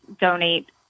donate